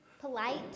polite